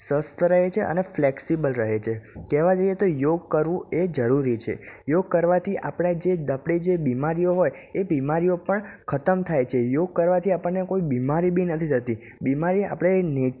સ્વસ્થ રહે છે અને ફ્લેક્સિબલ રહે છે કહેવા જઈએ તો યોગ કરવું એ જરૂરી છે યોગ કરવાથી આપણાં જે આપણે જે બીમારીઓ હોય એ બીમારીઓ પણ ખતમ થાય છે યોગ કરવાથી આપણને કોઈ બીમારી બી નથી થતી બીમારી આપણે